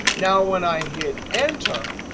now, when i hit enter,